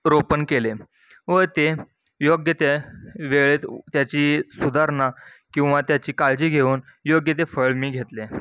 रोपण केले व ते योग्य त्या वेळेत त्याची सुधारणा किंवा त्याची काळजी घेऊन योग्य ते फळ मी घेतले